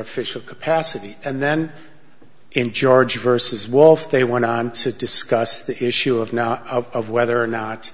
official capacity and then in georgia versus walther they went on to discuss the issue of now of whether or not